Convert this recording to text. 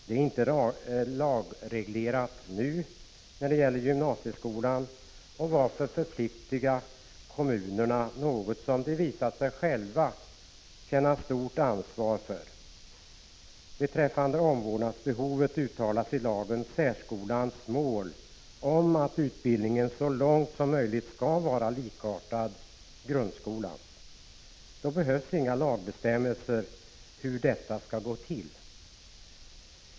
Det är inte lagreglerat när det gäller gymnasieskolan, men varför förpliktiga kommunerna med något som de visat sig själva känna stort ansvar för? Beträffande omvårdnadsbehovet uttalas i lagen om särskolans mål att utbildningen så långt som möjligt skall vara lika grundskolans. Då behövs inga lagbestämmelser om hur detta skall gå till.